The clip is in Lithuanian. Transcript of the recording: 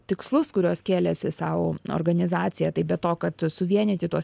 tikslus kuriuos kėlėsi sau organizacija tai be to kad suvienyti tuos